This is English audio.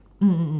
mm